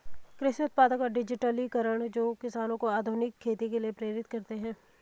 कृषि उत्पादों का डिजिटलीकरण जो किसानों को आधुनिक खेती के लिए प्रेरित करते है